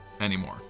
anymore